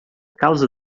causa